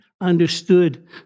understood